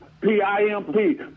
P-I-M-P